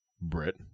Brit